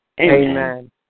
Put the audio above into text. Amen